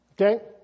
Okay